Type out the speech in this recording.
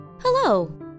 Hello